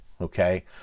okay